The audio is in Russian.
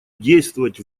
действовать